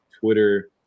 Twitter